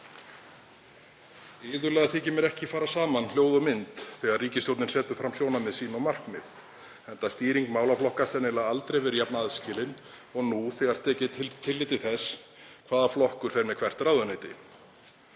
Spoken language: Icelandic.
Iðulega þykir mér ekki fara saman hljóð og mynd þegar ríkisstjórnin setur fram sjónarmið sín og markmið, enda hefur stýring málaflokka sennilega aldrei verið jafn aðskilin og nú þegar tekið er tillit til þess hvaða flokkur fer með hvert ráðuneyti.